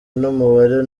n’umubare